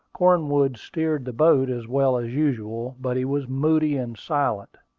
cornwood steered the boat as well as usual, but he was moody and silent.